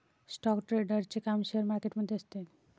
stock ट्रेडरचे काम share market मध्ये असते